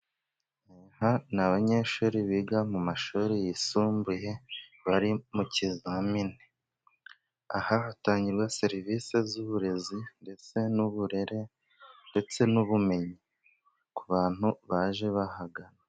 Aba ni abanyeshuri biga mu mashuri yisumbuye bari mu kizamini. Aha hatangirwa serivisi z'uburezi ndetse n'uburere ndetse n'ubumenyi ku bantu baje bahagana.